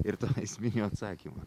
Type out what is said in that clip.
ir to esminio atsakymo